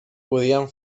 podien